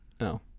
no